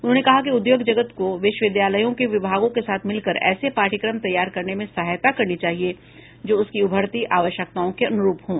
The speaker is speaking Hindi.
उन्होंने कहा कि उद्योग जगत को विश्वविद्यालयों के विभागों के साथ मिलकर ऐसे पाठ्यक्रम तैयार करने में सहायता करनी चाहिए जो उसकी उभरती आवश्यकताओं के अनुरूप हों